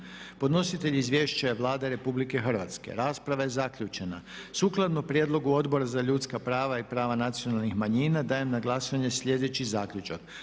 Podnositelj izvješća je Vlada Republike Hrvatske. Rasprava je zaključena. Sukladno prijedlogu Odbora za zdravstvo i socijalnu politiku dajem na glasovanje sljedeći Zaključak: